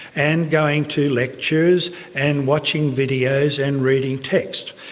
and going to lectures and watching videos and reading texts.